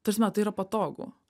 ta prasme tai yra patogu